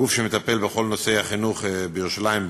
הגוף שמטפל בכל נושא החינוך בירושלים,